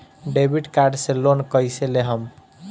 Debit card से loan कईसे लेहम?